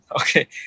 Okay